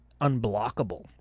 unblockable